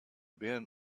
been